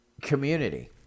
Community